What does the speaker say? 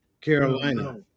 Carolina